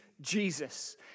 Jesus